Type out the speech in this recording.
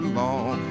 long